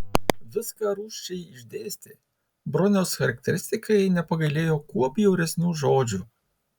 viską rūsčiai išdėstė broniaus charakteristikai nepagailėjo kuo bjauresnių žodžių